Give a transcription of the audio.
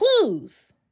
Clues